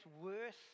worse